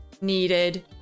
needed